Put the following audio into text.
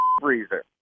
freezer